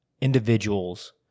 individuals